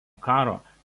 karo